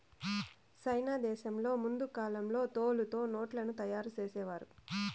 సైనా దేశంలో ముందు కాలంలో తోలుతో నోట్లను తయారు చేసేవారు